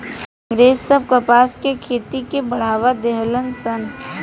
अँग्रेज सब कपास के खेती के बढ़ावा देहलन सन